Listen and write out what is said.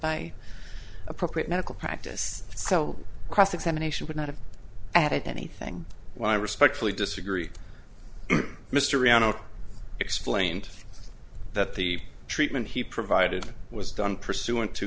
by appropriate medical practice so cross examination would not have added anything when i respectfully disagree mystery on our explained that the treatment he provided was done pursu